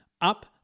up